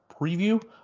preview